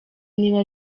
niba